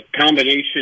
combination